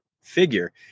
figure